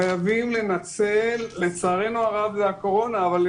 חייבים לנצל לצערנו הרב זאת הקורונה את